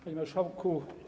Panie Marszałku!